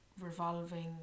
revolving